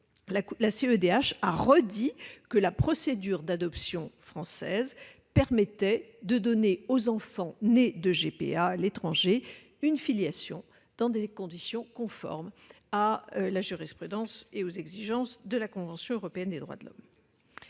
elle a redit que la procédure d'adoption française permettait de donner aux enfants nés d'une GPA à l'étranger une filiation dans des conditions conformes à la jurisprudence et aux exigences de la Convention européenne des droits de l'homme.